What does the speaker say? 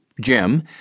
Jim